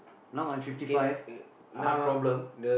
now I'm fifty five I heart problem